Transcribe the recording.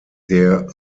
der